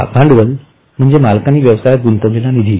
भाग भांडवल म्हणजे मालकांनी व्यवसायात गुंतीविलेला निधी